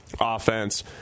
offense